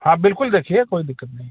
आप बिल्कुल देखिए कोई दिक्कत नहीं